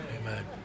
amen